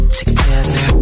together